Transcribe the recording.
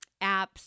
apps